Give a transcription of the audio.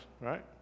right